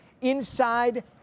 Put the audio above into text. inside